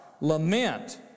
lament